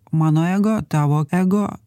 mano ego tavo ego